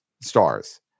stars